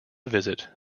visit